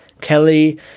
Kelly